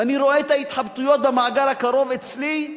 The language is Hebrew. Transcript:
ואני רואה את ההתחבטויות במעגל הקרוב אצלי,